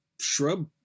shrub